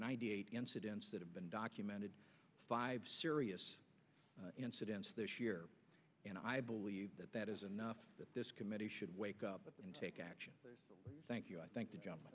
ninety eight incidents that have been documented five serious incidents this year and i believe that that is enough that this committee should wake up and take action thank you i think the j